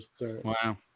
Wow